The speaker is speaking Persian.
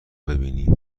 ببینی